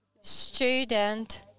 student